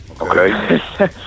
Okay